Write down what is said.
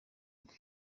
urwe